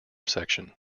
section